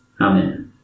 Amen